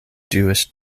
jewish